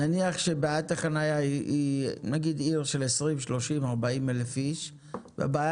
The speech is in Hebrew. נניח עיר של 20, 30 או 40 אלף איש, הבעיה